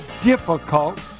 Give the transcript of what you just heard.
difficult